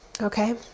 Okay